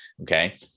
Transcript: Okay